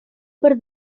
per